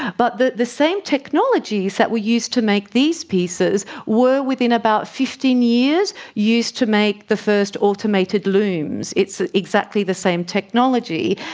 but the the same technologies that we used to make these pieces were within about fifteen years used to make the first automated looms. it's exactly the same technology.